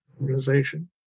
organization